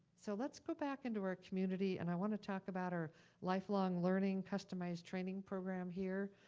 so let's go back into our community, and i wanna talk about our lifelong learning customized training program here.